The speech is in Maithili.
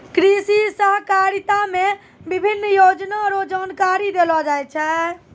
कृषि सहकारिता मे विभिन्न योजना रो जानकारी देलो जाय छै